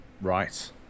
Right